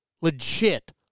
Legit